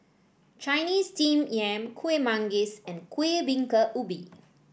Chinese Steamed Yam Kuih Manggis and Kueh Bingka Ubi